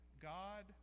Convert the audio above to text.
God